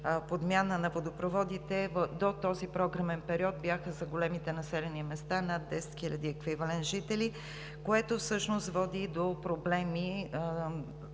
подмяна на водопроводите, до този програмен период бяха за големите населени места – над 10 хиляди еквивалент жители, което всъщност води до проблеми